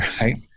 right